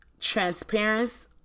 transparency